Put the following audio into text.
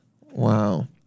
Wow